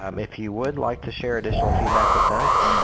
um if you would like to share additional feedback with us,